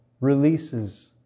releases